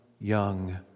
young